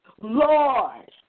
Lord